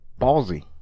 ballsy